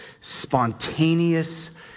spontaneous